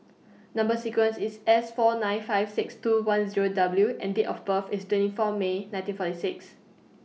Number sequence IS S four nine five six two one Zero W and Date of birth IS twenty four May nineteen forty six